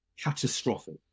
catastrophic